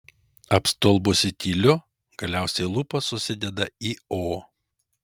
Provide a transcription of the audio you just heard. apstulbusi tyliu galiausiai lūpos susideda į o